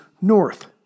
north